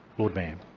lord mayor